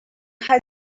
how